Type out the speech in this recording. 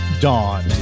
dawn